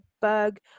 bug